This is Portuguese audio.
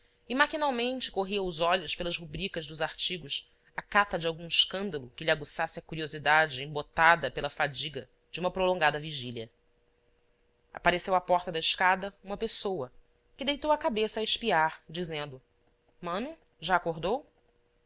e maquinalmente corria os olhos pelas rubricas dos artigos à cata de algum escândalo que lhe aguçasse a curiosidade embotada pela fadiga de uma prolongada vigília apareceu à porta da escada uma pessoa que deitou a cabeça a espiar dizendo mano já acordou